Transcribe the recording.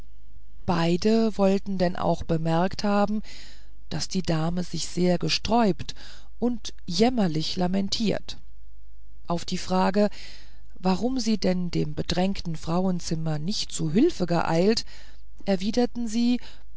beide wollten denn auch bemerkt haben daß die dame sich sehr gesträubt und jämmerlich lamentiert auf die frage warum sie denn dem bedrängten frauenzimmer nicht zu hilfe geeilt erwiderten sie